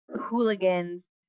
hooligans